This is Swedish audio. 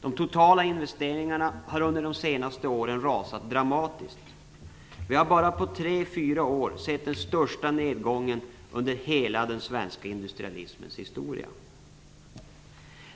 De totala investeringarna har under de senaste åren rasat dramatiskt. Vi har bara under tre fyra år sett den största nedgången under hela den svenska industrialismens historia.